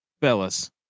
fellas